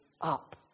up